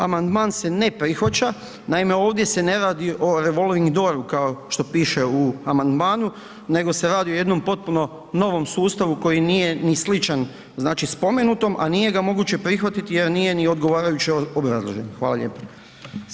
Amandman se ne prihvaća, naime ovdje se ne radi o revolving dooru kao što piše u amandmanu nego se radi o jednom potpuno novom sustavu koji nije ni sličan spomenutom a nije ga moguće prihvatiti jer nije ni odgovarajuće obrazložen, hvala lijepo.